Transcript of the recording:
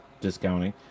discounting